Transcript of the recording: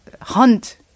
hunt